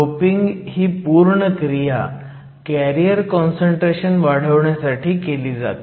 doping ही पूर्ण क्रिया कॅरियर काँसंट्रेशन वाढवण्यासाठी केली जाते